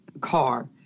car